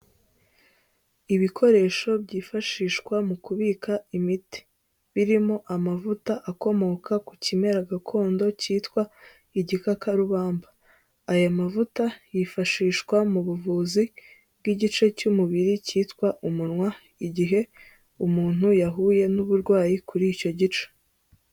Ibikoresho byifashishwa mu kubika imiti birimo amavuta akomoka ku kimera gakondo cyitwa igikakarubamba. Aya mavuta yifashishwa mu buvuzi bw'igice cy'umubiri cyitwa umunwa, igihe umuntu yahuye n'uburwayi kuri icyo gice.